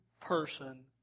person